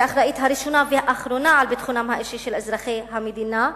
שהיא האחראית הראשונה והאחרונה לביטחונם האישי של אזרחי המדינה,